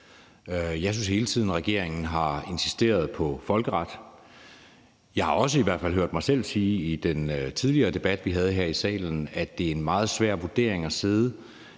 Jeg synes, regeringen hele tiden har insisteret på folkeret. Jeg har i hvert fald også hørt mig selv sige i den tidligere debat, vi havde her i salen, at det er en meget svær vurdering at sidde